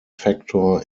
factor